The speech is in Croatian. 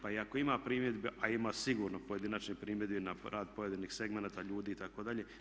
Pa i ako ima primjedbi, a ima sigurno pojedinačnih primjedbi na rad pojedinih segmenata, ljudi itd.